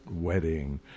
wedding